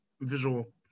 visual